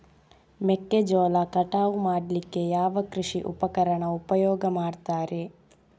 ಮೆಕ್ಕೆಜೋಳ ಕಟಾವು ಮಾಡ್ಲಿಕ್ಕೆ ಯಾವ ಕೃಷಿ ಉಪಕರಣ ಉಪಯೋಗ ಮಾಡ್ತಾರೆ?